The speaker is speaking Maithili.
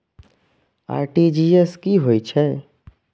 आर.टी.जी.एस की होय छै